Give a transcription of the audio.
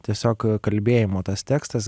tiesiog kalbėjimo tas tekstas